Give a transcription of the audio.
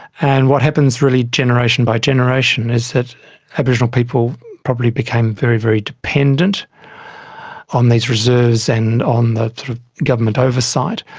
and what happens really generation by generation is that aboriginal people probably became very, very dependent on these reserves and on the government oversight.